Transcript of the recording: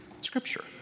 Scripture